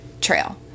trail